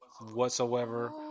whatsoever